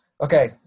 Okay